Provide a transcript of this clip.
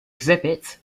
exhibits